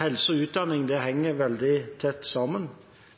Helse og utdanning henger veldig tett sammen.